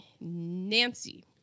Nancy